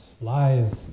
lies